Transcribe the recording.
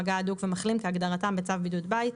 "מגע הדוק" ו"מחלים" כהגדרתם בצו בידוד בית,